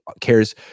cares